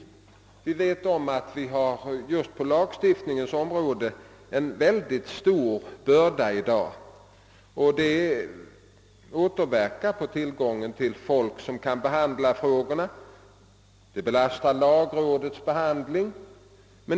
Det är bekant att arbetsbördan just på lagstiftningens område i dag är oerhört stor. Detta återverkar på tillgången på folk som kan förbereda frågorna, och det belastar lagrådets arbete.